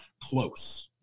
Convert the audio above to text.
close